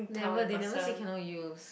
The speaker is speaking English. never they never say cannot use